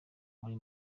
muri